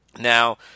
Now